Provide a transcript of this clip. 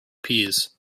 peas